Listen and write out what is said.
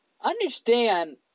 understand